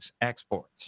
exports